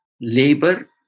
labor